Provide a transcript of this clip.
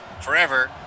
forever